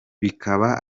bikaba